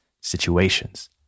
situations